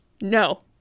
no